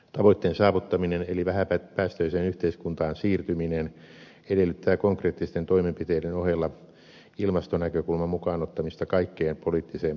tavoitteen saavuttaminen eli vähäpäästöiseen yhteiskuntaan siirtyminen edellyttää konkreettisten toimenpiteiden ohella ilmastonäkökulman mukaan ottamista kaikkeen poliittiseen päätöksentekoon